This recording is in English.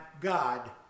God